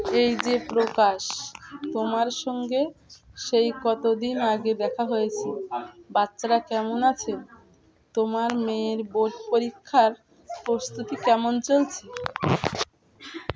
এই যে প্রকাশ তোমার সঙ্গে সেই কতদিন আগে দেখা হয়েছে বাচ্চারা কেমন আছে তোমার মেয়ের বোর্ড পরীক্ষার প্রস্তুতি কেমন চলছে